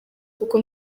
kuko